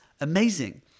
amazing